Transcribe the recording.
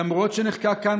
למרות שנחקק כאן,